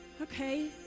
Okay